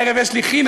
הערב יש לי חינה,